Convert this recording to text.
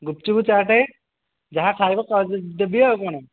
ଗୁପଚୁପ୍ ଚାଟ୍ ଯାହା ଖାଇବା ସବୁ ଦେବି ଆଉ କ'ଣ